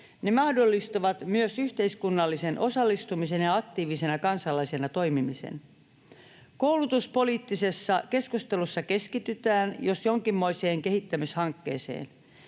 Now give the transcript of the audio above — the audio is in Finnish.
Ne mahdollistavat myös yhteiskunnallisen osallistumisen ja aktiivisena kansalaisena toimimisen. Koulutuspoliittisessa keskustelussa keskitytään jos jonkinmoiseen kehittämishankkeeseen.